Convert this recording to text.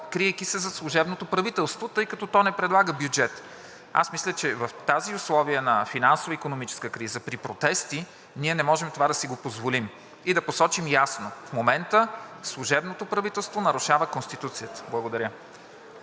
криейки се зад служебното правителство, тъй като то не предлага бюджет. Аз мисля, че в тези условия на финансова и икономическа криза, при протести, ние не можем да си позволим това. И да посочим ясно – в момента служебното правителство нарушава Конституцията. Благодаря.